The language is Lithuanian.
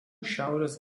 šiaurės